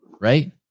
Right